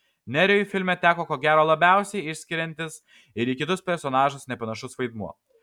nerijui filme teko ko gero labiausiai išsiskiriantis ir į kitus personažus nepanašus vaidmuo